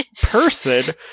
person